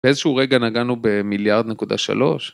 באיזשהו רגע נגענו במיליארד נקודה שלוש